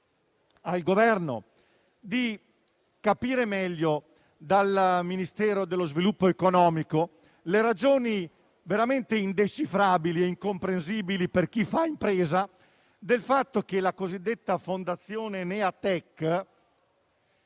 al Governo di capire meglio dal Ministero dello sviluppo economico le ragioni, veramente indecifrabili e incomprensibili per chi fa impresa, del fatto che la cosiddetta fondazione Neatech